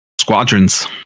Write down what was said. Squadrons